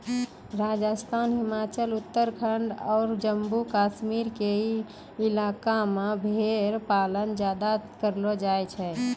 राजस्थान, हिमाचल, उत्तराखंड आरो जम्मू कश्मीर के इलाका मॅ भेड़ पालन ज्यादा करलो जाय छै